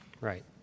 Right